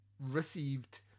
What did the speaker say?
received